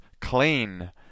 clean